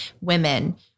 women